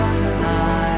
tonight